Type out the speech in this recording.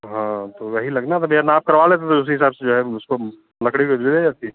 हाँ तो वही लगना था भैया नाप करवा लेते तो उसी हिसाब से जो है उसको लकड़ी को जाती